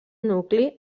nucli